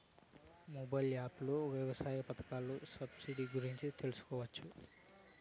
Mobile app లో వ్యవసాయ పథకాల సబ్సిడి గురించి తెలుసుకోవచ్చా?